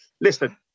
Listen